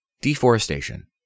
Deforestation